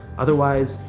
otherwise,